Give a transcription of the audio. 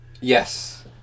Yes